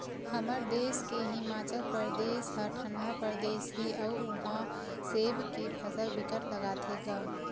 हमर देस के हिमाचल परदेस ह ठंडा परदेस हे अउ उहा सेब के फसल बिकट लगाथे गा